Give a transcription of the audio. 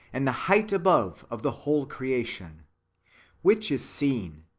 and the height above of the whole creation which is seen,